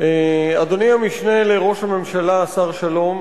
אדוני המשנה לראש הממשלה השר שלום,